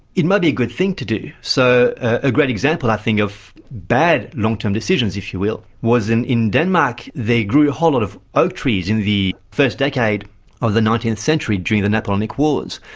may be a good thing to do. so a great example i think of bad long-term decisions, if you will, was in in denmark they grew a whole lot of oak trees in the first decade of the nineteenth century during the napoleonic wars,